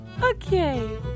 Okay